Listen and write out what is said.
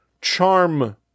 charm